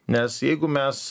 nes jeigu mes